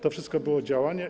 To wszystko były działania.